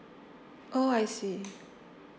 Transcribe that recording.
oh I see